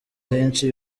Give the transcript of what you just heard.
henshi